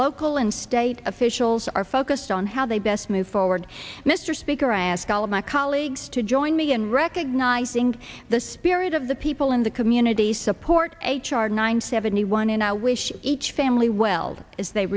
local and state officials are focused on how they best move forward mr speaker i ask all of my colleagues to join me and recognizing the spirit of the people in the community support h r nine seventy one and i wish each family well as they